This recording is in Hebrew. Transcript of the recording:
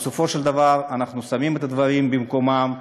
בסופו של דבר אנחנו שמים את הדברים במקומם,